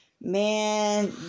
Man